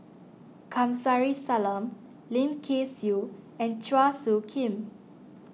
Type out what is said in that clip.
Kamsari Salam Lim Kay Siu and Chua Soo Khim